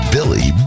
Billy